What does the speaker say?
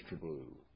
Blue